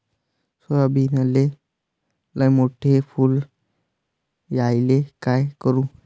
सोयाबीनले लयमोठे फुल यायले काय करू?